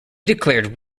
declared